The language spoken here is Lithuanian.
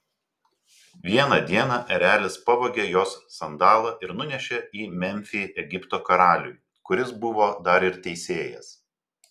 vieną dieną erelis pavogė jos sandalą ir nunešė į memfį egipto karaliui kuris buvo dar ir teisėjas